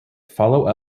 follow